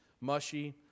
mushy